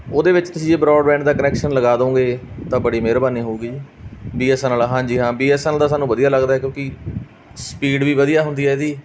ਉਹਦੇ ਵਿੱਚ ਤੁਸੀਂ ਇਹ ਬਰੋਡਬੈਡ ਦਾ ਕਨੈਕਸ਼ਨ ਲਗਾ ਦਿਉਂਗੇ ਤਾਂ ਬੜੀ ਮਿਹਰਬਾਨੀ ਹੋਵੇਗੀ ਬੀ ਐਸ ਐਨ ਐਲ ਵਾਲਾ ਹਾਂਜੀ ਹਾਂ ਬੀ ਐਸ ਐਨ ਐਲ ਦਾ ਸਾਨੂੰ ਵਧੀਆ ਲੱਗਦਾ ਕਿਉਂਕਿ ਸਪੀਡ ਵੀ ਵਧੀਆ ਹੁੰਦੀ ਐ ਇਹਦੀ